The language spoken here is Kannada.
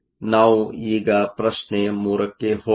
ನಾವು ಈಗ ಪ್ರಶ್ನೆ 3 ಕ್ಕೆ ಹೋಗೋಣ